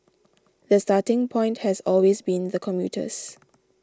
the starting point has always been the commuters